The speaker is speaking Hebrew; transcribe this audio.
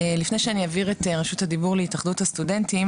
לפני שאני אעביר את רשות הדיבור להתאחדות הסטודנטים,